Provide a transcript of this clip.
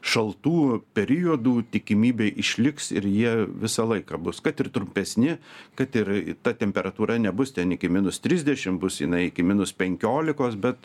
šaltų periodų tikimybė išliks ir jie visą laiką bus kad ir trumpesni kad ir ta temperatūra nebus ten iki minus trisdešim bus jinai iki minus penkiolikos bet